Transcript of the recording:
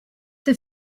the